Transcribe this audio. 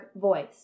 voice